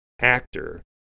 actor